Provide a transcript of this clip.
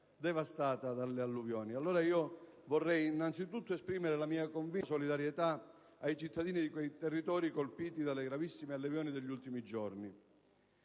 devastata dalle alluvioni. Vorrei innanzitutto esprimere la mia convinta solidarietà ai cittadini di quei territori colpiti dalle gravissime alluvioni degli ultimi giorni.